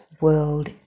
world